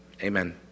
Amen